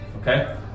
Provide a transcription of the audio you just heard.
Okay